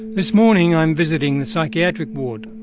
this morning i'm visiting the psychiatric ward.